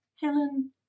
Helen